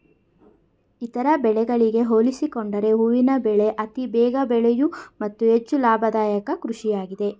ಇತರ ಬೆಳೆಗಳಿಗೆ ಹೋಲಿಸಿಕೊಂಡರೆ ಹೂವಿನ ಬೆಳೆ ಅತಿ ಬೇಗ ಬೆಳೆಯೂ ಮತ್ತು ಹೆಚ್ಚು ಲಾಭದಾಯಕ ಕೃಷಿಯಾಗಿದೆ